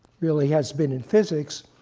really has been in physics.